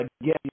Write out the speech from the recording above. again